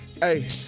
hey